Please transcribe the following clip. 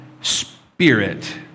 spirit